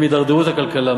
הם ידרדרו את הכלכלה.